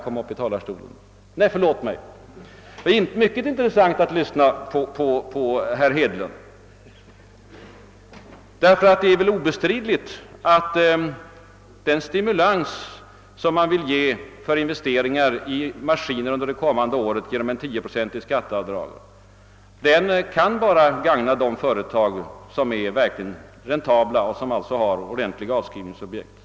Det är nämligen obestridligt att den stimulans, som regeringen vill ge för investeringar i maskiner under det kommande året genom ett 10-procentigt skatteavdrag, bara kan gagna de företag som verkligen är räntabla och alltså har ordentliga avskrivningsmöjligheter.